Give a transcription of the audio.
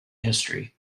history